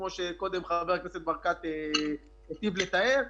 כמו שקודם חבר הכנסת ברקת היטיב לתאר,